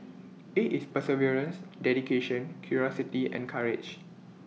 IT is perseverance dedication curiosity and courage